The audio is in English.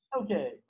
okay